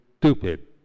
stupid